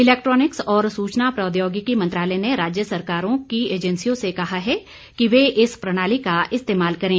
electronics और सूचना प्रौद्योगिकी मंत्रालय ने राज्य सरकारों की एजेंसियों से कहा है कि वे इस प्रणाली का इस्तेमाल करें